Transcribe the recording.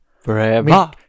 Forever